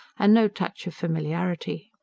and no touch of familiarity.